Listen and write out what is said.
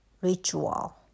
ritual